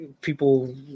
people